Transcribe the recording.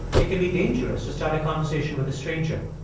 it can be dangerous to start a conversation with a stranger.